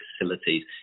facilities